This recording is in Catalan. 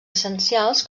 essencials